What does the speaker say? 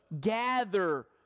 gather